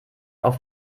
auf